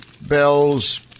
Bell's